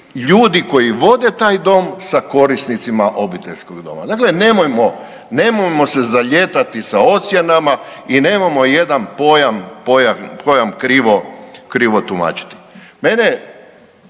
ljudi koji vode taj dom sa korisnicima obiteljskog doma. Dakle, nemojmo, nemojmo se zalijetati sa ocjenama i nemojmo jedan pojam, pojam